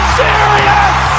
serious